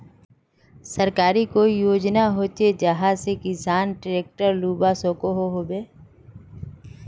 सरकारी कोई योजना होचे जहा से किसान ट्रैक्टर लुबा सकोहो होबे?